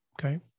okay